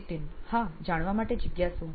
નિતીન હા જાણવા માટે જિજ્ઞાસુ